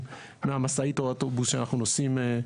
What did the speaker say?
מהמשאית או האוטובוס שאנחנו נוסעים מאחוריהם.